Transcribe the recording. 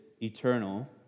eternal